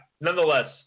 nonetheless